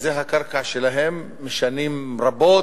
שזו הקרקע שלהם משנים רבות,